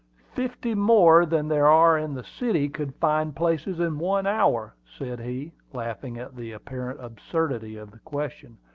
fifty more than there are in the city could find places in one hour, said he, laughing at the apparent absurdity of the question.